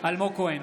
אלמוג כהן,